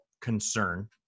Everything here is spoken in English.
concern